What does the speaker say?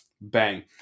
Bang